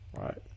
right